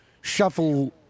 shuffle